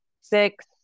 six